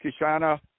Kishana